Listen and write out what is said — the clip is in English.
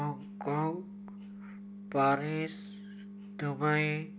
Hong Kong Paris Dubai